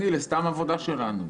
2. לסתם עבודה שלנו.